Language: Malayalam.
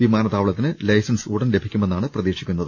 വിമാനത്താവളത്തിന് ലൈസൻസ് ഉടൻ ലഭിക്കുമെന്നാണ് പ്രതീക്ഷിക്കുന്നത്